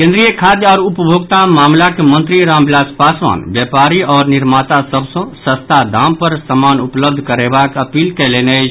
केन्द्रीय खाद्य आओर उपभोक्ता मामिलाक मंत्री रामविलास पासवान व्यापारी आओर निर्माता सभ सॅ सस्ता दाम पर समान उपलब्ध करयबाक अपील कयलनि अछि